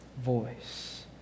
voice